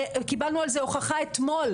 קיבלנו על זה הוכחה אתמול,